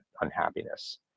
unhappiness